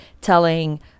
telling